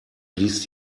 blies